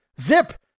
Zip